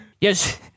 Yes